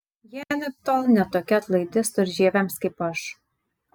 ji anaiptol ne tokia atlaidi storžieviams kaip aš